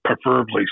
preferably